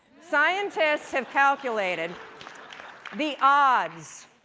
scientists have calculated the odds